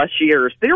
years